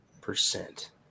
percent